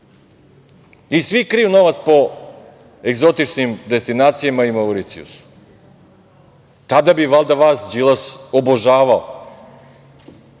je. Svi kriju novac po egzotičnim destinacijama i Mauricijusu. Tada bi valjda vas Đilas obožavao. Kažu